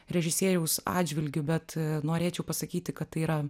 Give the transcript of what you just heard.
režisieriaus atžvilgiu bet norėčiau pasakyti kad tai yra